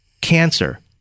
Cancer